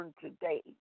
today